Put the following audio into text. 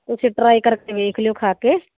ਤੁਸੀਂ ਟਰਾਏ ਕਰਕੇ ਵੇਖ ਲਿਓ ਖਾ ਕੇ